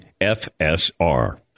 FSR